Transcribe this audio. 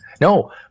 No